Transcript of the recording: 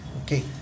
okay